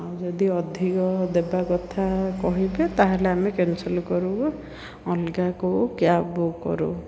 ଆଉ ଯଦି ଅଧିକ ଦେବା କଥା କହିବେ ତାହେଲେ ଆମେ କ୍ୟାନସଲ୍ କରିବୁ ଅଲଗାକୁ କ୍ୟାବ ବୁକ୍ କରିବୁ